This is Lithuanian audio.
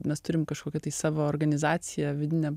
mes turim kažkokią tai savo organizaciją vidinę